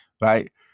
Right